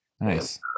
Nice